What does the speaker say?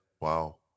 wow